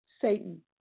Satan